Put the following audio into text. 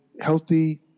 healthy